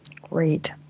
Great